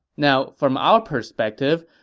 now, from our perspective,